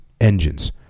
engines